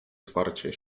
zwarcie